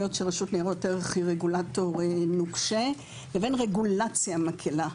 ניירות ערך היא רגולטור נוקשה, לבין רגולציה מקלה.